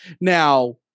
Now